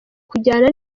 kujyana